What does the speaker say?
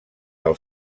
del